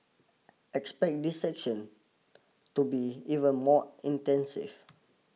expect these session to be even more extensive